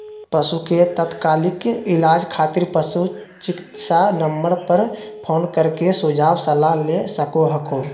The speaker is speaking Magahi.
पशु के तात्कालिक इलाज खातिर पशु चिकित्सा नम्बर पर फोन कर के सुझाव सलाह ले सको हखो